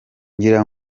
ngira